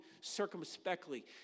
circumspectly